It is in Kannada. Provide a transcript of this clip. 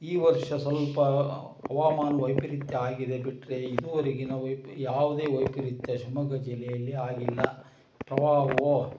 ಈ ವರ್ಷ ಸ್ವಲ್ಪ ಹವಾಮಾನ ವೈಪರೀತ್ಯ ಆಗಿದೆ ಬಿಟ್ಟರೆ ಇದುವರೆಗಿನ ವೈಪ ಯಾವುದೇ ವೈಪರೀತ್ಯ ಶಿವಮೊಗ್ಗ ಜಿಲ್ಲೆಯಲ್ಲಿ ಆಗಿಲ್ಲ ಪ್ರವಾಹವೋ